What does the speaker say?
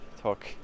talk